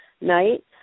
night